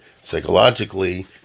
psychologically